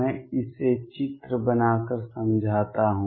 मैं इसे चित्र बनाकर समझाता हूँ